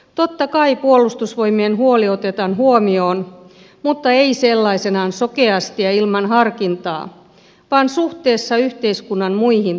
totta kai puolustusvoimien huoli otetaan huomioon mutta ei sellaisenaan sokeasti ja ilman harkintaa vaan suhteessa yhteiskunnan muihin tarpeisiin